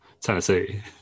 Tennessee